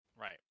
Right